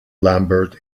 lambert